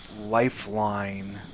lifeline